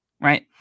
Right